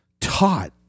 taught